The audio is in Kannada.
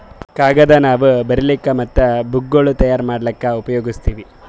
ಕಾಗದ್ ನಾವ್ ಬರಿಲಿಕ್ ಮತ್ತ್ ಬುಕ್ಗೋಳ್ ತಯಾರ್ ಮಾಡ್ಲಾಕ್ಕ್ ಉಪಯೋಗಸ್ತೀವ್